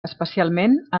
especialment